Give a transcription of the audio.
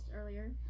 earlier